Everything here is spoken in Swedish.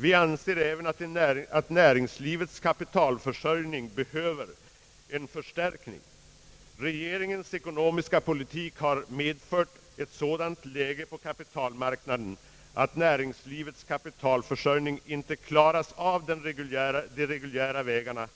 Vi anser även att näringslivets kapitalförsörjning behöver en förstärkning. Regeringens ekonomiska politik har medfört ett sådant läge på kapitalmarknaden att näringslivets kapitalförsörjning inte klaras av på de reguljära vägarna,